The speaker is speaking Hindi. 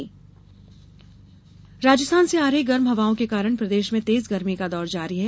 मौसम राजस्थान से आ रही गर्म हवाओं के कारण प्रदेश में तेज गर्मी का दौर जारी है